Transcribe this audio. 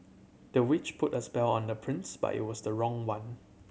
the witch put a spell on the prince but it was the wrong one